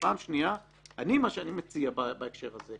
מה שאני מציע בהקשר הזה,